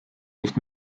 nicht